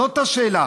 זאת השאלה.